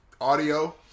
audio